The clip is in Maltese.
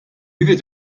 jrid